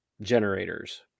generators